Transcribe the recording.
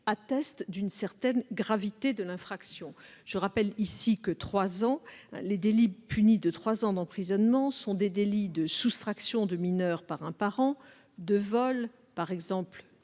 atteste d'une certaine gravité de l'infraction. Je le rappelle, les délits punis de trois ans d'emprisonnement sont les délits de soustraction d'un mineur par un parent, de vol- je pense par exemple